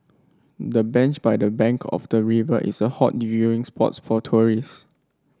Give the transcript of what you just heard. the bench by the bank of the river is a hot viewing spot for tourists